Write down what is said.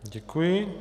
Děkuji.